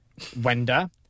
Wenda